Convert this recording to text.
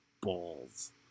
balls